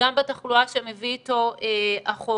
וגם בתחלואה שמביא איתו החורף.